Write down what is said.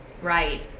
Right